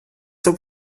zur